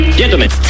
gentlemen